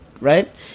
Right